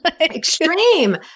Extreme